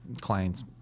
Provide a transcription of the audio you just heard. clients